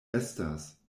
estas